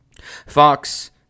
Fox